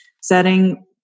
setting